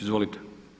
Izvolite.